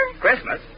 Christmas